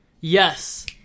Yes